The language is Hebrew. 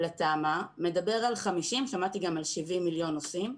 לתמ"א מדבר על 50 מיליון ושמעתי גם על 70 מיליון נוסעים.